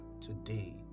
today